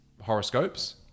horoscopes